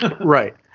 right